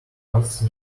casts